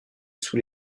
sous